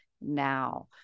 now